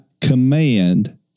command